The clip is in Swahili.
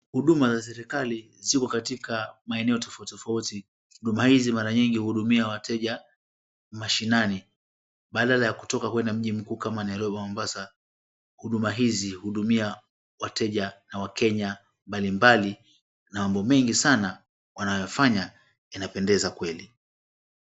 Huduma za serikali ziko katika maeneo tofauti tofauti. Huduma hizi mara nyingi huhudumia wateja mashinani badala ya kutoka kuenda mji mkuu kama Nairobi ama Mombasa, huduma hizi huhudumia wateja wa na wakenya mbalimbali na mambo mingi sana wanayoyafanya yanapendeza kweli.